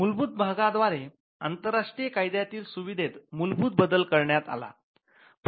मूलभूत भागाद्व्यारे आंतरराष्ट्रीय कायद्यातील सुविधेत मूलभूत बदल करण्यात आला